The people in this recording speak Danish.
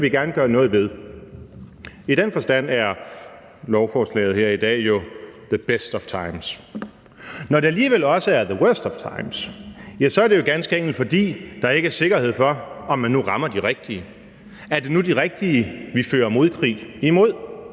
Det vil vi gerne gøre noget ved. I den forstand er lovforslaget her i dag »the best of times«. Når det alligevel også er »the worst of times«, ja, så er det ganske enkelt, fordi der ikke er sikkerhed for, om man nu rammer de rigtige. Er det nu de rigtige, vi fører modkrig imod?